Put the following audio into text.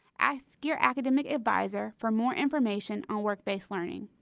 ask your academic advisor for more information on work-based learning.